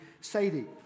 Sadie